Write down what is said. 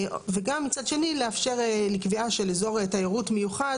וגם לאפשר קביעה של אזור תיירות מיוחד